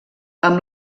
amb